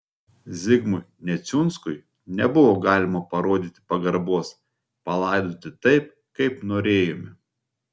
zigmui neciunskui nebuvo galima parodyti pagarbos palaidoti taip kaip norėjome